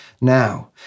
Now